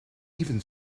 even